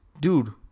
dude